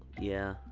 yeah.